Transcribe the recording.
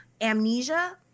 Amnesia